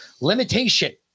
Limitation